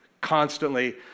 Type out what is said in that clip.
constantly